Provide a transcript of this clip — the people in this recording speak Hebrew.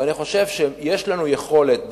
ואני חושב שיש לנו יכולת,